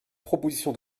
proposition